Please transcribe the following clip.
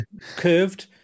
curved